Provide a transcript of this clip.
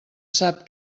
sap